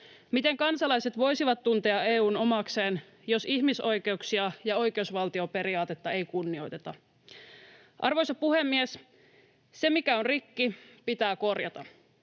Miten kansalaiset voisivat tuntea EU:n omakseen, jos ihmisoikeuksia ja oikeusvaltioperiaatetta ei kunnioiteta? Arvoisa puhemies! Se, mikä on rikki, pitää korjata.